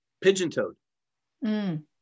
pigeon-toed